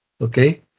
Okay